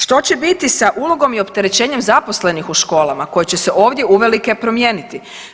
Što će biti sa ulogom i opterećenjem zaposlenih u školama koje će se ovdje uvelike promijeniti.